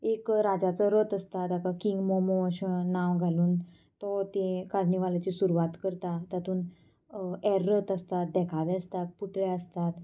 एक राजाचो रथ आसता ताका किंग मोमो अशें नांव घालून तो तें कार्निवालाची सुरवात करता तातूंत हेर रथ आसता देखावे आसता पुतळे आसतात